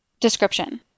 Description